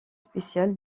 spécial